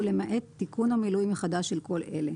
ולמעט תיקון או מילוי מחדש של כל אחד מאלה,